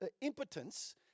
impotence